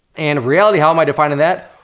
and reality, how am i defining that?